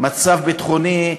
מצב ביטחוני,